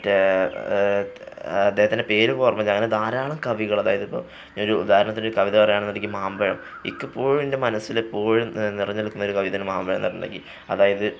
മറ്റേ അദ്ദേഹത്തിന്റെ പേരിപ്പോള് എനിക്കോര്മയില്ല അങ്ങനെ ധാരാളം കവികൾ അതായത് ഇപ്പോള് ഒരു ഉദാഹരണത്തിനൊരു കവിത പറയുകയാണെന്നുണ്ടെങ്കില് മാമ്പഴം എനിക്കെപ്പോഴും എൻ്റെ മനസ്സില് എപ്പോഴും നിറഞ്ഞുനില്ക്കുന്ന ഒരു കവിതയാണ് മാമ്പഴമെന്ന് പറഞ്ഞിട്ടുണ്ടെങ്കില് അതായത്